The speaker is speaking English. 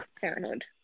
parenthood